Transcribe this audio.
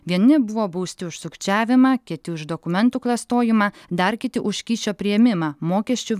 vieni buvo bausti už sukčiavimą kiti už dokumentų klastojimą dar kiti už kyšio priėmimą mokesčių